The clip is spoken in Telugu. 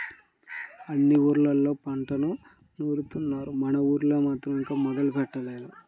అన్ని ఊర్లళ్ళోనూ పంట నూరుత్తున్నారు, మన ఊళ్ళో మాత్రం ఇంకా మొదలే పెట్టలేదు